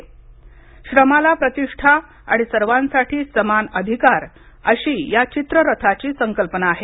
श्रमाला प्रतिष्ठा आणि सर्वांसाठी समान अधिकार अशी या चित्ररथाची संकल्पना आहे